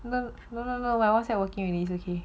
no no no my Whatsapp working already is okay